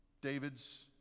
David's